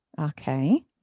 Okay